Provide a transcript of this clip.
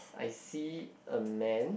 I see a man